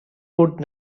could